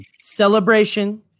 Celebration